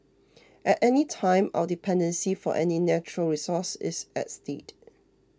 at any time our dependency for any natural resource is at stake